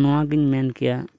ᱱᱚᱣᱟᱜᱤᱧ ᱢᱮᱱ ᱠᱮᱭᱟ